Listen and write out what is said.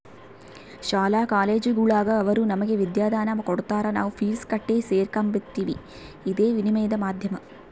ಶಾಲಾ ಕಾಲೇಜುಗುಳಾಗ ಅವರು ನಮಗೆ ವಿದ್ಯಾದಾನ ಕೊಡತಾರ ನಾವು ಫೀಸ್ ಕಟ್ಟಿ ಸೇರಕಂಬ್ತೀವಿ ಇದೇ ವಿನಿಮಯದ ಮಾಧ್ಯಮ